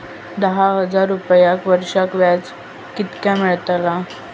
दहा हजार रुपयांक वर्षाक व्याज कितक्या मेलताला?